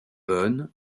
bonn